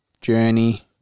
journey